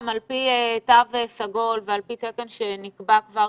על פי תו סגול ועל פי תקן שנקבע כבר,